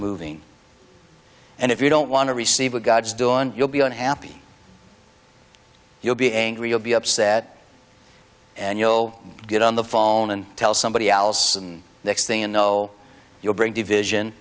moving and if you don't want to receive god's doing you'll be unhappy you'll be angry you'll be upset and you'll get on the phone and tell somebody else and next thing you know you'll bring division